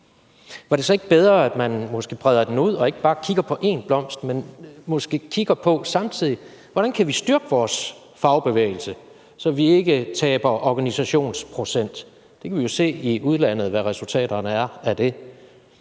var det så ikke bedre, om man måske bredte den ud og ikke bare kiggede på én blomst, men måske samtidig kiggede på: Hvordan kan vi styrke vores fagbevægelse, så vi ikke taber organisationsprocent? Vi kan jo se i udlandet, hvad resultaterne er af det.